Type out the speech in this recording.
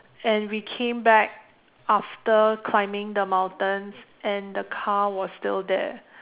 and we came back after climbing the mountains and the car was still there